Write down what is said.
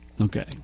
Okay